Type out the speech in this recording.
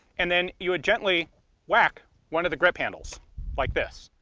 and then you would gently whack one of the grip handles like this.